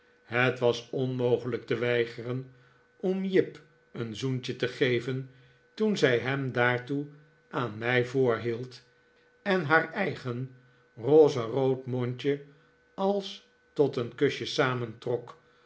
het was onmogelijk te weigeren om jip een zoentje te geven toen zij hem daartoe aan mij voorhield en haar eigen rozerood mondje als tot een kusje